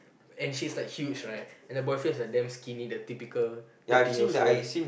and she's like huge right and the boyfriend is like damn skinny the typical thirteen years old